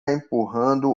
empurrando